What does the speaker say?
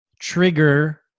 trigger